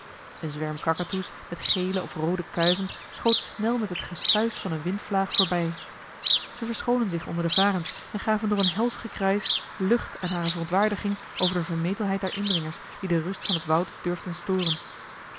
een zwerm kakatoes met gele of roode kuiven schoot snel met het gesuis van eene windvlaag voorbij ze verscholen zich onder de varens en gaven door een helsch gekrijsch lucht aan hare verontwaardiging over de vermetelheid der indringers die de rust van het woud durfden storen